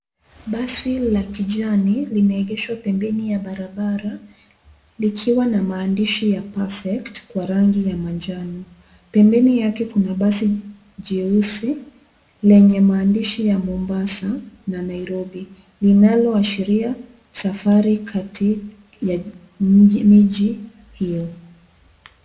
Basi la kijani limeegeshwa pembeni ya barabara likiwa na maandishi ya, perfect, kwa rangi ya manjano. Pembeni yake kuna basi jeusi lenye maandishi ya Mombasa na Nairobi, linaloashiria safari kati ya miji hio.